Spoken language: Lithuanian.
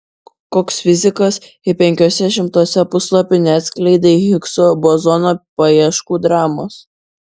koks fizikas jei penkiuose šimtuose puslapių neatskleidei higso bozono paieškų dramos